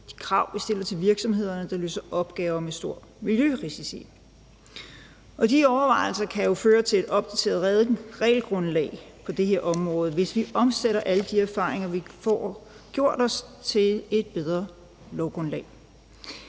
de krav, vi stiller til virksomhederne, der løser opgaver med store miljørisici. De overvejelser kan jo føre til et opdateret regelgrundlag på det her område, hvis vi omsætter alle de erfaringer, vi får gjort os, til et bedre lovgrundlag.